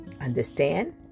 Understand